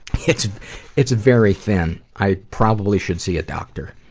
it's it's very thin. i probably should see a doctor.